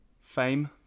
fame